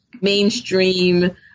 mainstream